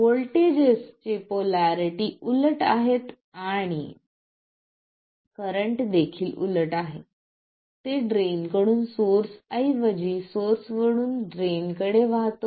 व्होल्टेजेसचे polarity उलट आहेत आणि करंट देखील उलट आहे ते ड्रेन कडून सोर्स ऐवजी सोर्स वरून ड्रेन कडे वाहतो